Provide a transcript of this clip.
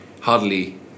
hardly